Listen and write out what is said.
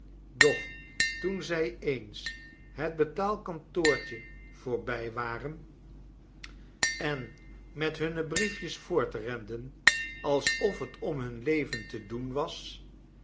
doch toen zij eens het betaalkantoortje voorbij waren en nelly met hunne briefjes voortrenden alsof het om hun leven te doen was